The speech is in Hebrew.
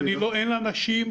לא, כי אין אנשים.